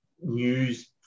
News